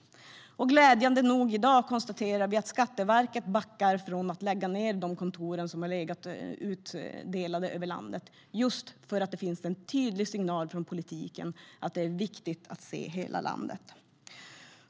Glädjande nog konstaterar vi i dag att Skatteverket backar från att lägga ned en del kontor runt om i landet, just för att det finns en tydlig signal från politiken att det är viktigt att se hela landet.